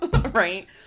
Right